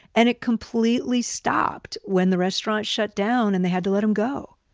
and it completely stopped when the restaurant shut down and they had to let him go.